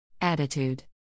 Attitude